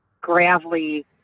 gravelly